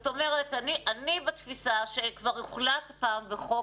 אני בתפיסה שכבר הוחלט פעם בחוק